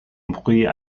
bruit